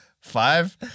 five